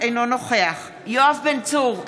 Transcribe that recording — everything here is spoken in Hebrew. אינו נוכח יואב בן צור,